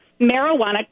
marijuana